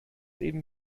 eben